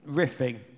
riffing